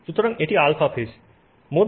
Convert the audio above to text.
সুতরাং এটি α ফেজ